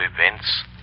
events